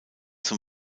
zum